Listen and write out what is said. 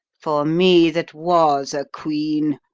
for me that was a queen,